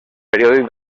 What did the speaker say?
periòdic